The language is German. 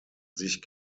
sich